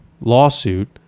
lawsuit